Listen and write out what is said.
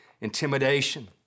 intimidation